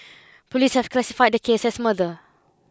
police have classified the case as murder